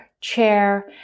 chair